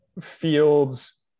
fields